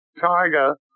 Tiger